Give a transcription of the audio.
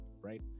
right